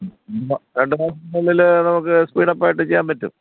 രണ്ട് മാസത്തിനുള്ളിൽ നമുക്ക് സ്പീഡപ്പായിട്ട് ചെയ്യാൻ പറ്റും